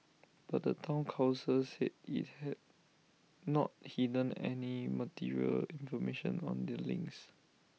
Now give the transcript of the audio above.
but the Town Council said IT had not hidden any material information on the links